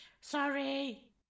Sorry